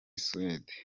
suède